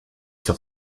sur